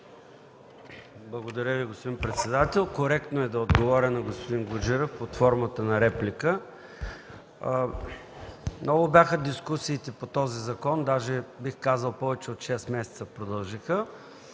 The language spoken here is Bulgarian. Благодаря Ви, господин председател. Коректно е да отговоря на господин Гуджеров под формата на реплика. Много бяха дискусиите по този закон, даже бих казал – повече от шест месеца продължиха.